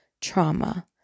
trauma